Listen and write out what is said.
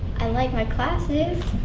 i like my classes.